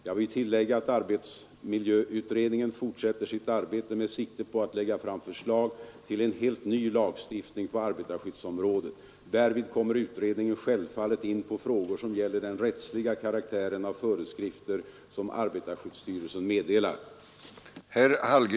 Jag vill tillägga att arbetsmiljöutredningen fortsätter sitt arbete med sikte på att lägga fram förslag till en helt ny lagstiftning på arbetarskyddsområdet. Därvid kommer utredningen självfallet in på frågor som gäller den rättsliga karaktären av föreskrifter som arbetarskyddsstyrelsen meddelar.